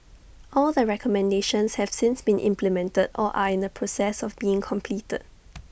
all the recommendations have since been implemented or are in the process of being completed